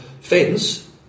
fence